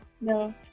No